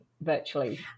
virtually